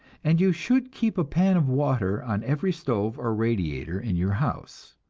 and you should keep a pan of water on every stove or radiator in your house.